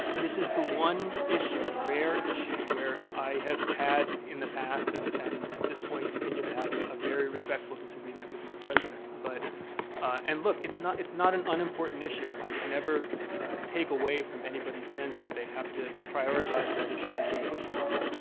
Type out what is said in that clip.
this is the one issue, the rare issue, where i have had in the past and and at this point continue to have a very respectful disagreement with my president. but and look, it's not it's not an unimportant issue, and i would never take away from anybody's sense that they have to prioritize that issue and keep pushing on it.